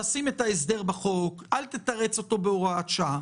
תשים את ההסדר בחוק, אל תתרץ אותו בהוראת שעה.